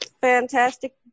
fantastic